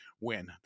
win